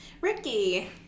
Ricky